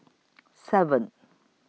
seven